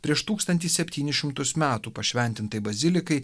prieš tūkstantį septynis šimtus metų pašventintai bazilikai